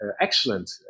excellent